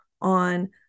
on